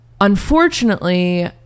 Unfortunately